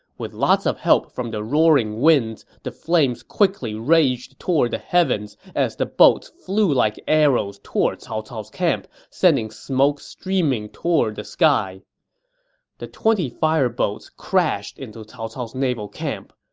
with lots of help from the roaring winds, the flames quickly raged toward the heavens as the boats flew like arrows toward cao cao's camp, sending smoke streaming toward the so heavens the twenty fire boats crashed into cao cao's naval camp.